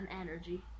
energy